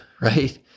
right